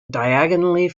diagonally